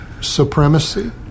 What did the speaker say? supremacy